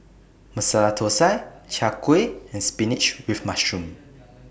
Masala Thosai Chai Kuih and Spinach with Mushroom